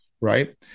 right